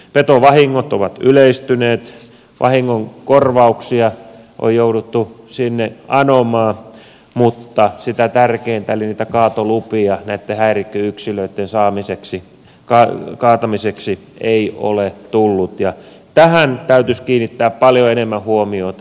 petovahingot ovat yleistyneet vahingonkorvauksia on jouduttu sinne anomaan mutta sitä tärkeintä eli niitä kaatolupia näitten häirikköyksilöitten kaatamiseksi ei ole tullut ja tähän täytyisi kiinnittää paljon enemmän huomiota